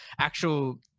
actual